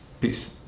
Peace